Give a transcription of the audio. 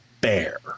bear